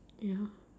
ya